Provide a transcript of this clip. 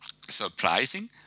surprising